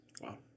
Wow